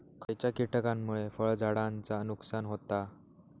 खयच्या किटकांमुळे फळझाडांचा नुकसान होता?